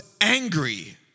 angry